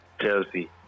Chelsea